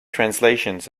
translations